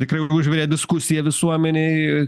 tikrai užvirė diskusiją visuomenėj